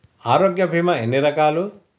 ఆరోగ్య బీమా ఎన్ని రకాలు?